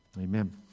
Amen